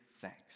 thanks